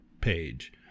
page